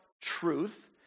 truth